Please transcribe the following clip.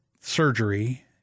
surgery